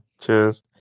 cheers